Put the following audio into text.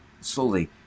slowly